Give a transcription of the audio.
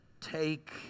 take